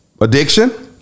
Addiction